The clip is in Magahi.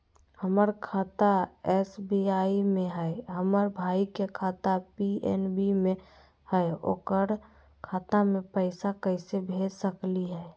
हमर खाता एस.बी.आई में हई, हमर भाई के खाता पी.एन.बी में हई, ओकर खाता में पैसा कैसे भेज सकली हई?